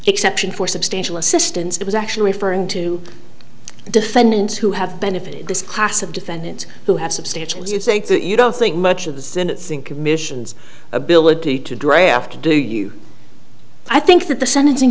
exception for substantial assistance it was actually referring to defendants who have benefited this class of defendants who have substantial do you think that you don't think much of the sentencing commission's ability to draft do you i think that the sentencing